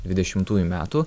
dvidešimtųjų metų